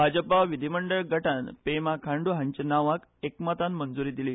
भाजपा विधीमंडळ गटान पेमा खांडू हांच्या नावाक एकमतान मंजुरी दिली